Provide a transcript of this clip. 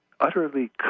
utterly